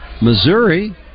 Missouri